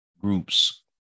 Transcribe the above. groups